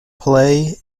play